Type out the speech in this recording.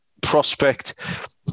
Prospect